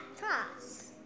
cross